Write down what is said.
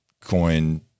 coin